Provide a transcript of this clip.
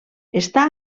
està